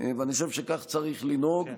ואני חושב שכך צריך לנהוג.